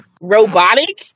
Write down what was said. robotic